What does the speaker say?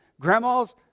Grandma's